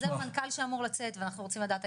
יש לנו חוזר מנכ"ל שאמור לצאת ואחנו רוצים לדעת,